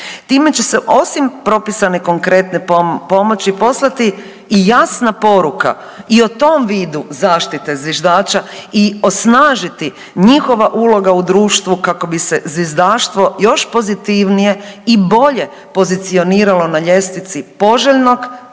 Time će se osim propisane konkretne pomoći poslati i jasna poruka i o tom vidu zaštite zviždača i osnažiti njihova ulogu u društvu kako bi se zvizdaštvo još pozitivnije i bolje pozicioniralo na ljestvici poželjnog